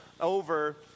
over